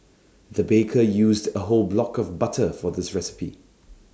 the baker used A whole block of butter for this recipe